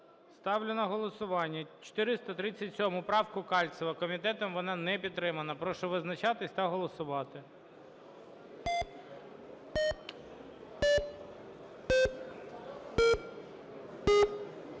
Ставлю на голосування 437 правку Кальцева. Комітетом вона не підтримана. Прошу визначатись та голосувати.